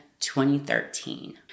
2013